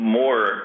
more